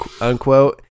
unquote